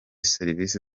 serivisi